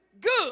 good